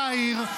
יאיר,